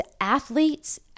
athletes